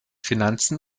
finanzen